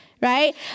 Right